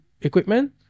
equipment